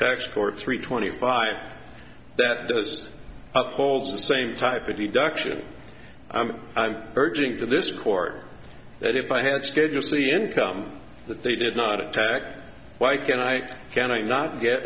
tax court three twenty five that goes up hold the same type of deduction i'm urging to this court that if i had schedule c income that they did not attack why can i can i not get